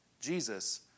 Jesus